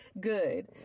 good